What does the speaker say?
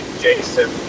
Jason